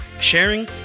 sharing